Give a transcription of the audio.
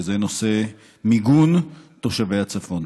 וזה נושא מיגון תושבי הצפון.